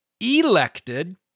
elected